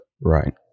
right